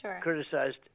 criticized